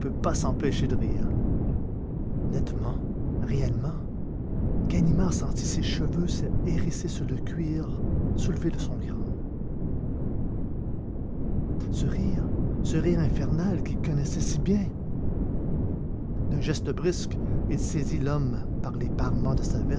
pas s'empêcher de rire nettement réellement ganimard sentit ses cheveux se hérisser sur le cuir soulevé de son crâne ce rire ce rire infernal qu'il connaissait si bien d'un geste brusque il saisit l'homme par les parements de